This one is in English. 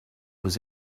was